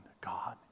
God